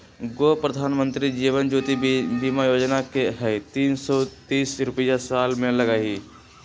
गो प्रधानमंत्री जीवन ज्योति बीमा योजना है तीन सौ तीस रुपए साल में लगहई?